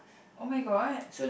oh-my-god